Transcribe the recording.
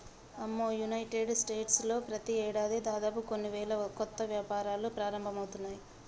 అమ్మో United States లో ప్రతి ఏడాది దాదాపు కొన్ని వేల కొత్త వ్యాపారాలు ప్రారంభమవుతున్నాయి